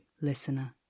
listener